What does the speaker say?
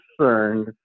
concerned